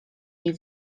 jej